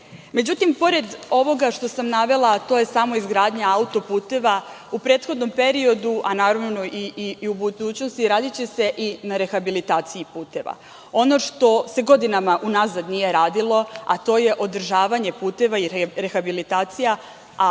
istoriji.Međutim, pored ovoga što sam navela, a to je samo izgradnja autoputeva, u prethodnom periodu, a naravno i u budućnosti, radiće se i na rehabilitaciji puteva. Ono što se godinama unazad nije radilo, to je održavanje puteva i rehabilitacija.